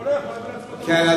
אבל בבית-חולים,